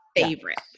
favorite